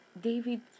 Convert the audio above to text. David